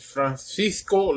Francisco